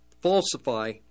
falsify